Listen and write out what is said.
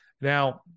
Now